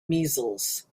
measles